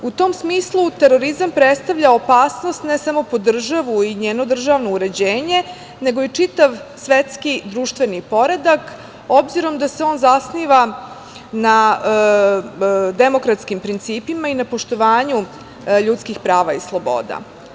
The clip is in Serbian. U tom smislu terorizam predstavlja opasnost ne samo po državu i njeno državno uređenje, nego i čitav svetski, društveni poredak, obzirom da se on zasniva na demokratskim principima i nepoštovanju ljudskih prava i sloboda.